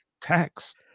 taxed